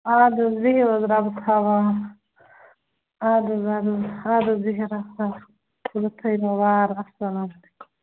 آد حظ بِہِو حظ رۄبس حوال آد حظ آد حظ آد حظ بِہِو رۄبَس حوال خۄدا تھٲینو وارٕ اسلام وعلیکُم